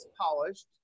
polished